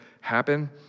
happen